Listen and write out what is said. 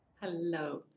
Hello